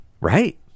Right